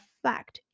fact